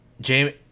Jamie